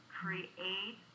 create